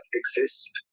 exist